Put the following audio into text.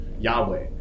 Yahweh